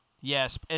Yes